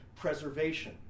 preservation